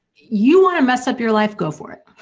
you want to mess up your life, go for it.